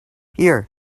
here